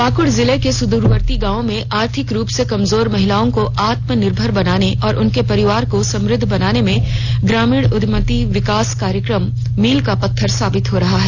पाक्ड जिले के सुदूरवर्ती गांवों में आर्थिक रूप से कमजोर महिलाओं को आत्मनिर्भर बनाने और उनके परिवार को समुद्ध बनाने में ग्रामीण उद्यमिता विकास कार्यक्रम मिल का पत्थर साबित हो रहा है